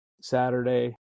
Saturday